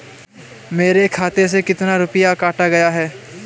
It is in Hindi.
मेरे खाते से कितना रुपया काटा गया है?